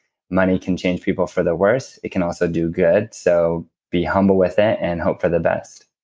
money can change people for the worse, it can also do good so be humble with it and hope for the best